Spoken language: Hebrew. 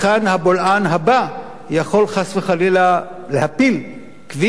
הבולען הבא יכול חס וחלילה להפיל כביש,